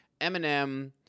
Eminem